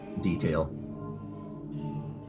detail